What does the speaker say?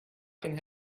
can